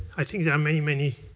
i think, yeah many, many